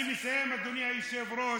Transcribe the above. אני מסיים, אדוני היושב-ראש.